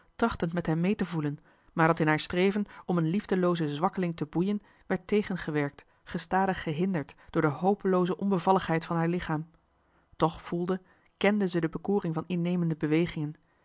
trachtend met hem mee te voelen maar dat in haar streven om een liefdeloozen zwakkeling te boeien werd tegengewerkt gestadig gehinderd door de hopelooze onbevalligheid van haar lichaam toch voelde kende ze de bekoring van innemende bewegingen